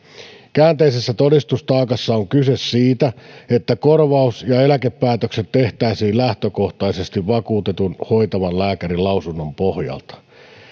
käänteisessä todistustaakassa on kyse siitä että korvaus ja eläkepäätökset tehtäisiin lähtökohtaisesti vakuutetun hoitavan lääkärin lausunnon pohjalta